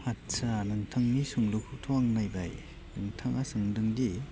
आदसा नोंथांनि सोंलुखौथ' आं नायबाय नोंथाङा सोंदोंदि